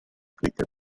cricket